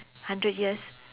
hundred years